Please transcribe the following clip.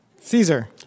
Caesar